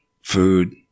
food